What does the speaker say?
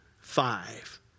five